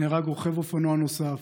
נהרג רוכב אופנוע נוסף,